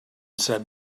said